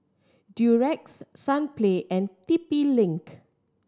Durex Sunplay and T P Link